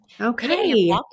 Okay